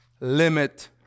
limit